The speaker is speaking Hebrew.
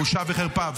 בושה וחרפה,